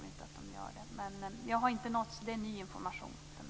Jag tror inte att de gör det. Det är ny information för mig.